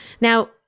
Now